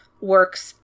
works